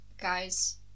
guys